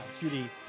judy